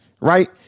right